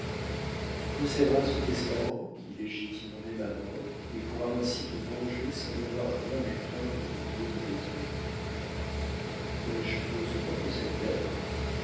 tu posséderas ce testament qui légitimerait ma mort et pourras ainsi te venger sans avoir rien à craindre de dieu ni des hommes ai-je besoin de cette lettre